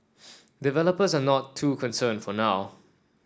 developers are not too concerned for now